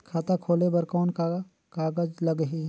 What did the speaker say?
खाता खोले बर कौन का कागज लगही?